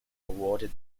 awarded